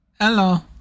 Hello